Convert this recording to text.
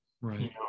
Right